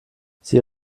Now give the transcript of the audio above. sie